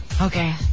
Okay